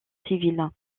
civile